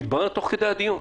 זה מתברר תוך כדי דיון.